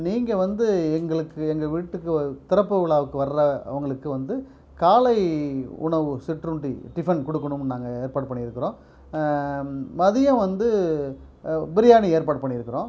நீங்கள் வந்து எங்களுக்கு எங்கள் வீட்டுக்கு திறப்பு விழாவுக்கு வர்ற அவங்களுக்கு வந்து காலை உணவு சிற்றுண்டி டிஃபன் கொடுக்கணும்னு நாங்கள் ஏற்பாடு பண்ணிருக்கிறோம் மதியம் வந்து பிரியாணி ஏற்பாடு பண்ணிருக்கிறோம்